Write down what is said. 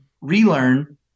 relearn